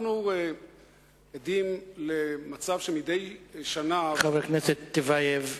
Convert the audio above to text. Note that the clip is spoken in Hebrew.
אנחנו עדים למצב שמדי שנה, חבר הכנסת טיבייב,